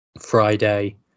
Friday